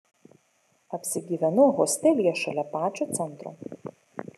apsigyvenau hostelyje šalia pačio centro